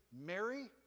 Mary